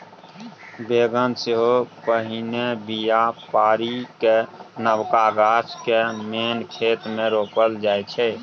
बेगन सेहो पहिने बीया पारि कए नबका गाछ केँ मेन खेत मे रोपल जाइ छै